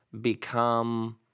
become